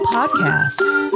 Podcasts